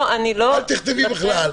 לא, אני לא --- אל תכתבי בכלל.